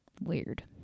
weird